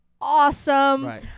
awesome